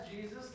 Jesus